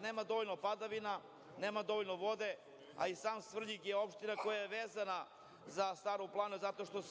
Nema dovoljno padavina, nema dovoljno vode, a i sam Svrljig je opština koja je vezana za Staru planinu zato što